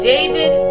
David